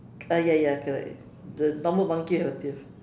ah ya ya correct the normal monkey have a tail